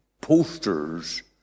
posters